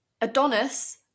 Adonis